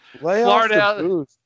Florida